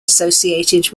associated